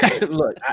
Look